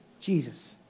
Jesus